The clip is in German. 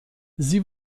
sie